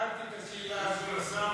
שאלתי את השאלה הזאת את השר,